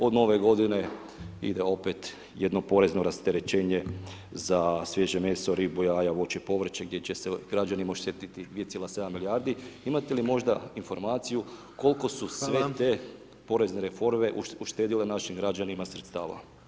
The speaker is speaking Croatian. Od Nove Godine ide opet jedno porezno rasterećenje za svježe meso, ribu, jaja, voće, povrće, gdje će se građani moći sjetiti 2,7 milijardi, imate li možda informaciju [[Upadica: Hvala]] koliko su sve te porezne reforme uštedjele našim građanima sredstava?